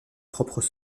propres